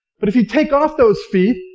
but if you take off those feet,